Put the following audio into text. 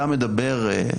אתה מדבר,